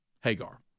Hagar